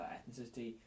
Ethnicity